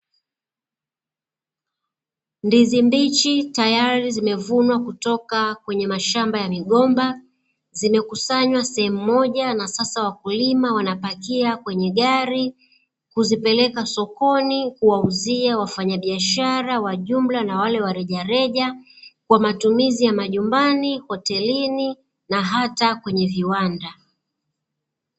Ndizi mbichi tayari zimevunwa kutoka kwenye mashamba ya migomba, zimekusanywa sehemu moja na sasa wakulima wanapakia kwenye gari kuzipeleka sokoni, kuwauzia wafanyabiashara wa jumla na wale wa rejareja, kwa matumizi ya nyumbani, hotelini na hata kwenye viwanda.